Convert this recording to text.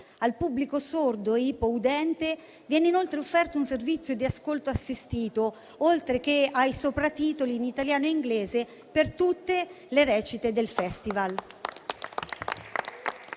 Al pubblico sordo e ipoudente viene inoltre offerto un servizio di ascolto assistito, oltre ai sopratitoli in italiano e in inglese per tutte le recite del Festival.